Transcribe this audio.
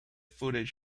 footage